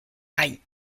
aïe